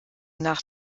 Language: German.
nach